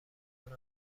کنم